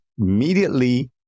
immediately